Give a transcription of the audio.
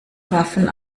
waffen